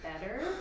better